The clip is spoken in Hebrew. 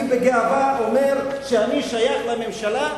אני בגאווה אומר שאני שייך לממשלה,